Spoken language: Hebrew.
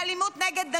באלימות נגד נשים,